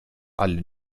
alle